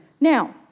Now